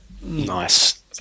Nice